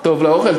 טוב לאוכל.